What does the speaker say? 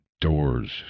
doors